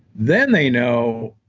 then they know,